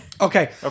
Okay